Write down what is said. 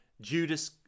Judas